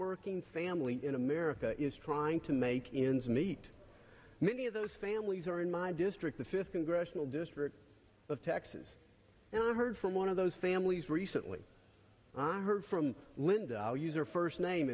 working family in america is trying to make ends meet many of those families are in my district the fifth congressional district of texas and i heard from one of those families recently i heard from linda her first name